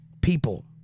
people